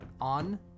on